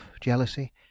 jealousy